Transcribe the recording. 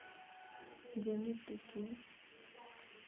ଯେମିତିକି